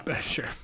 Sure